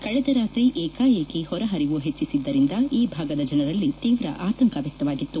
ಕಳೆದ ರಾತ್ರಿ ಏಕಾಏಕಿ ಹೊರಹರಿವು ಹೆಚ್ಚುದ್ದರಿಂದ ಈ ಭಾಗದ ಜನರಲ್ಲಿ ತೀವ್ರ ಆತಂಕ ವ್ವಕ್ತವಾಗಿತ್ತು